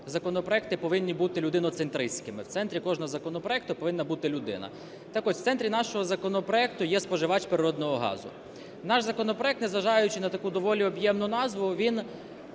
законопроекти повинні бути людиноцентристськими, в центрі кожного законопроекту повинна бути людина. Так ось в центрі нашого законопроекту є споживач природного газу. Наш законопроект, незважаючи на таку доволі об'ємну назву, він